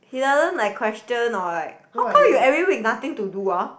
he doesn't like question or like how come you every week nothing to do ah